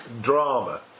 drama